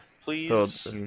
Please